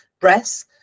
breasts